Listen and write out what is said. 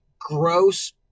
gross